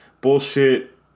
bullshit